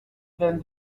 than